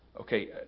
okay